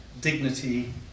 dignity